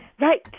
right